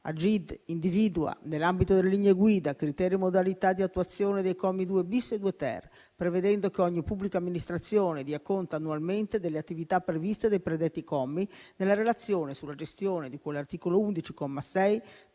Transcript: AgID individua, nell'ambito delle Linee guida, criteri e modalità di attuazione dei commi 2-*bis* e 2-*ter*, prevedendo che ogni pubblica amministrazione dia conto annualmente delle attività previste dai predetti commi nella relazione sulla gestione di cui all'articolo 11,